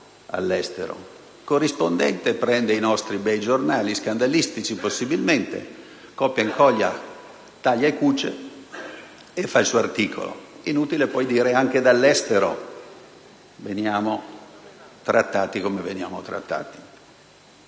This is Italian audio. Il corrispondente prende i nostri bei giornali, possibilmente scandalistici, copia e incolla, taglia e cuce e fa il suo articolo. Inutile poi dire che anche dall'estero veniamo trattati come veniamo trattati.